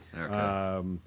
Okay